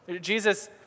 Jesus